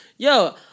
Yo